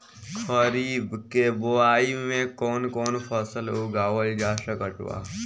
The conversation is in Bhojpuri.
खरीब के बोआई मे कौन कौन फसल उगावाल जा सकत बा?